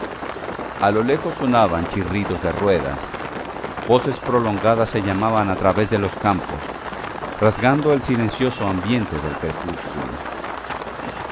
a lo lejos sonaban chirridos de ruedas voces prolongadas se llamaban a través de los campos rasgando el silencioso ambiente del crepúsculo